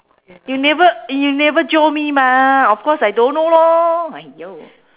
you never you never jio me mah of course I don't know lor !aiyo!